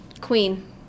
Queen